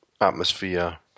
atmosphere